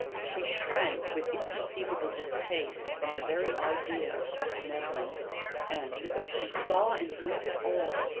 she shrank with inconceivable distaste from the very idea of such meddling and, though she saw and noted all,